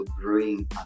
bring